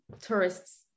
Tourists